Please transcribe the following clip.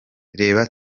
reba